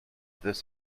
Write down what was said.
this